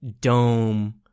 dome